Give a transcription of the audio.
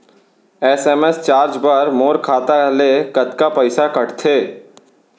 SMS charge बर मोर खाता ले कतका पइसा कटथे?